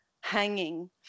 hanging